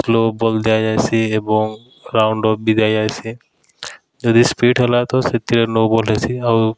slow ball ଦିଆଯାଏସି ଏବଂ round off ବି ଦିଆଯାଏସି ଯଦି ସ୍ପିଡ୍ ହେଲା ତ ସେଥିରେ ନୋ ବଲ୍ ହେସି ଆଉ